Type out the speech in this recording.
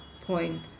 point